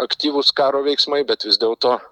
aktyvūs karo veiksmai bet vis dėlto